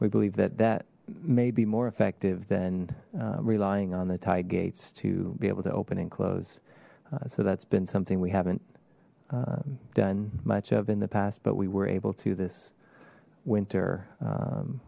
we believe that that may be more effective than relying on the tie gates to be able to open and close so that's been something we haven't done much of in the past but we were able to this winter